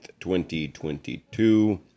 2022